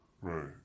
right